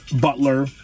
Butler